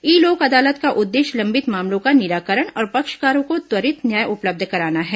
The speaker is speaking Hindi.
ई लोक अदालत का उद्देश्य लंबित मामलों का निराकरण और पक्षकारों को त्वरित न्याय उपलब्ध कराना है